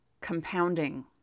compounding